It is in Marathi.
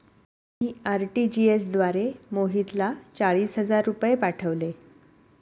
मी आर.टी.जी.एस द्वारे मोहितला चाळीस हजार रुपये पाठवले